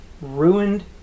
ruined